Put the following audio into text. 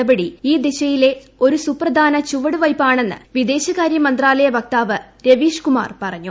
നടപടി ഈ ദിശയിലെ ഒരു സുപ്രിക്ടാന ചുവട് വയ്പാണെന്ന് വിദേശകാര്യ മന്ത്രാലയ വക്താവ് ർവീഷ്കുമാർ പറഞ്ഞു